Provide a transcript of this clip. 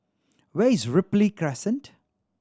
where is Ripley Crescent